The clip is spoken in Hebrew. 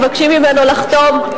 מבקשים ממנו לחתום,